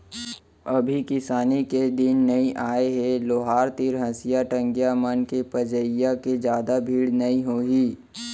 अभी किसानी के दिन नइ आय हे लोहार तीर हँसिया, टंगिया मन के पजइया के जादा भीड़ नइ होही